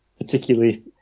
particularly